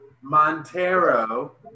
Montero